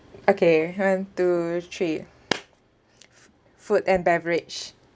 okay one two three food and beverage